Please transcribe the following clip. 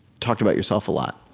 talked about yourself a lot.